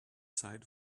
side